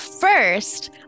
First